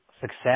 success